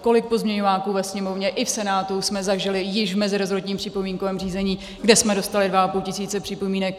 Kolik pozměňováků ve Sněmovně i v Senátu jsme zažili již v meziresortním připomínkovém řízení, kde jsme dostali dva a půl tisíce připomínek.